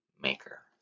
Maker